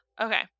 Okay